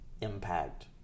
impact